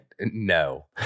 No